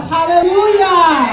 Hallelujah